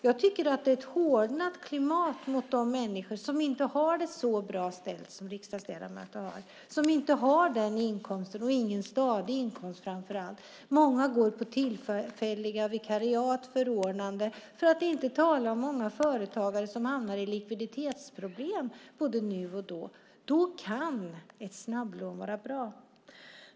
Jag tycker att klimatet har hårdnat gentemot de människor som inte har det så bra ställt som riksdagsledamöter har, som inte har den inkomsten eller framför allt kanske ingen stadig inkomst. Många går på tillfälliga vikariat och förordnanden, för att inte tala om många företagare som hamnar i likviditetsproblem både nu och då. Då kan ett snabblån vara bra.